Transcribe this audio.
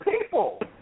People